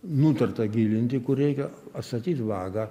nutarta gilinti kur reikia atstatyt vagą